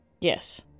Yes